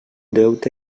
deute